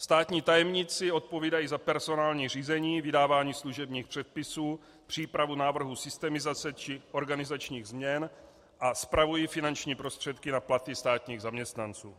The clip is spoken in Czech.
Státní tajemníci odpovídají za personální řízení, vydávání služebních předpisů, přípravu návrhů systemizace či organizačních změn a spravují finanční prostředky na platy státních zaměstnanců.